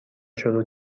شروع